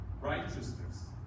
Righteousness